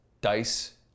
dice